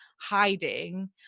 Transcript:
hiding